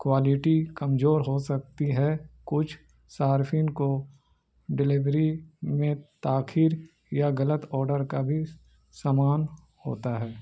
quality کمزور ہو سکتی ہے کچھ صارفین کو ڈلیوری میں تاخیر یا غلط آڈر کا بھی سامان ہوتا ہے